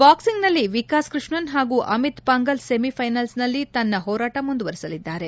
ಬಾಕ್ಲಿಂಗ್ನಲ್ಲಿ ವಿಕಾಸ್ ಕೃಷ್ಣನ್ ಹಾಗೂ ಅಮಿತ್ ಪಾಂಗಲ್ ಸೆಮಿಫೈನಲ್ಸ್ನಲ್ಲಿ ತನ್ನ ಹೋರಾಟ ಮುಂದುವರೆಸಲಿದ್ದಾರೆ